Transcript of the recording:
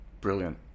brilliant